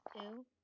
Two